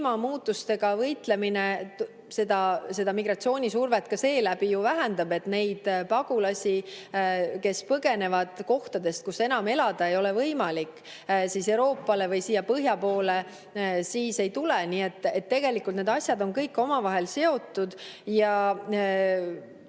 kliimamuutustega võitlemine seda migratsioonisurvet ka seeläbi ju vähendab, et neid pagulasi, kes põgenevad kohtadest, kus enam elada ei ole võimalik, Euroopasse või siia põhja poole siis ei tule. Nii et tegelikult need asjad on kõik omavahel seotud ja